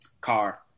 Car